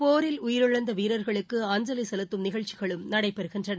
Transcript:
போரில் உயிரிழந்த வீரர்களுக்கு அஞ்சலி செலுத்தும் நிகழ்ச்சிகளும் நடைபெறுகின்றன